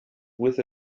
with